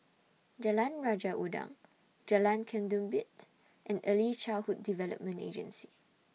Jalan Raja Udang Jalan Ketumbit and Early Childhood Development Agency